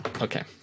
Okay